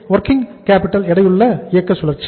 WOC எடையுள்ள இயக்க சுழற்சி